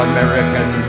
American